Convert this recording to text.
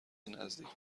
نزدیک